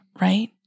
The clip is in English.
right